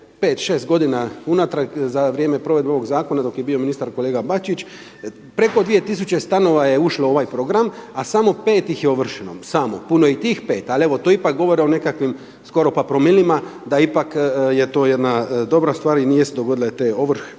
šest godina unatrag za vrijeme provedbe ovog zakona dok je bio ministar kolega Bačić, preko dvije tisuće stanova je ušlo u ovaj program, a samo pet ih je ovršeno, samo, puno je i tih pet ali evo to ipak govori o nekakvim skoro pa promilima da je to ipak jedna dobra stvar i nisu se dogodile te ovrhe